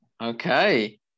Okay